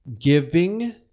giving